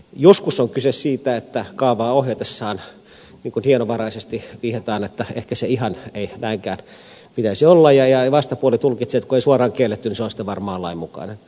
joskus on kyse siitä että kaavaa ohjattaessa hienovaraisesti vihjataan että ehkä sen ei ihan näinkään pitäisi olla ja vastapuoli tulkitsee että kun ei suoraan kielletty niin se on sitten varmaan lainmukainen